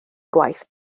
gwaith